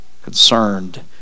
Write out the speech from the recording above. concerned